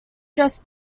dress